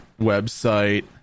website